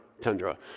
Tundra